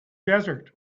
desert